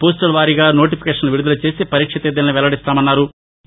పోస్టుల వారీగా నోటిఫికేషన్లు విదుదల చేసి పరీక్ష తేదీలను వెల్లడిస్తామన్నారు